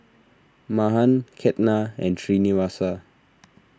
Mahan Ketna and Srinivasa